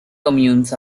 communes